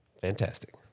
Fantastic